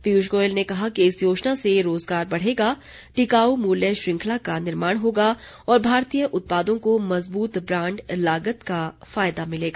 पीयूष गोयल ने कहा कि इस योजना से रोजगार बढेगा टिकाऊ मूल्य श्रृंखला का निर्माण होगा और भारतीय उत्पादों को मजबूत ब्रांड लागत का फायदा मिलेगा